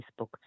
Facebook